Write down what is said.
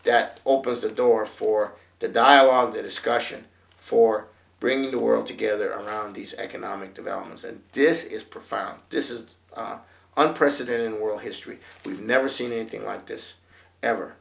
that opens the door for the dialogue a discussion for bringing the world together around these economic developments and this is profound this is unprecedented in world history we've never seen anything like this ever